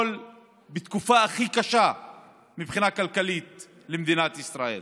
בתקופה הכי קשה מבחינה כלכלית למדינת ישראל.